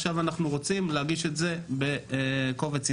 ועכשיו אנחנו רוצים להגיש את זה בקובץ אינטרנטי,